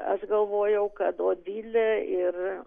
aš galvojau kad odilė ir